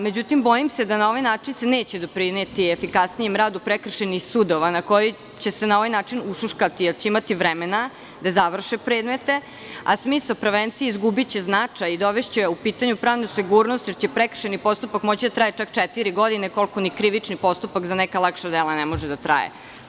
Međutim bojim se da na ovaj način se neće doprineti efikasnijem radu prekršajnih sudova, na ovaj način će se ušuškati, jer će imati vremena da završe predmete, a smisao prevencije će izgubiti značaj i dovešće u pitanje pravnu sigurnost jer će prekršajni postupak moći da traje čak četiri godine, koliko ni krivični postupak za neka lakša dela ne može da traje.